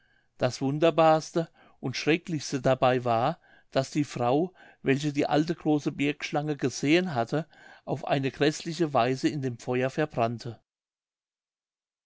das wunderbarste und schrecklichste dabei war daß die frau welche die alte große bergschlange gesehen hatte auf eine gräßliche weise in dem feuer verbrannte